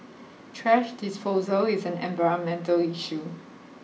thrash disposal is an environmental issue